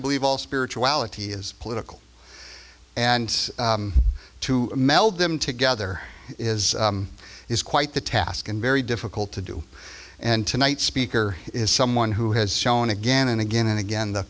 believe all spirituality is political and to meld them together is is quite the task and very difficult to do and tonight speaker is someone who has shown again and again and again the